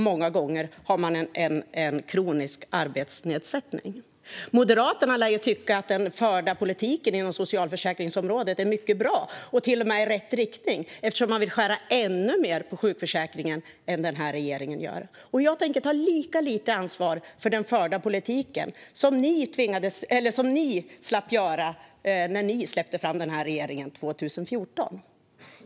Många gånger har de en kronisk arbetsnedsättning. Moderaterna lär ju tycka att den förda politiken inom socialförsäkringsområdet är mycket bra och till och med i rätt riktning, eftersom de vill skära ännu mer i sjukförsäkringen än vad denna regering gör. Jag tänker ta lika lite ansvar för den förda politiken som ni gjorde när ni släppte fram denna regering 2014.